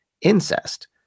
incest